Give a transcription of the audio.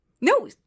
No